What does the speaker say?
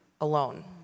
alone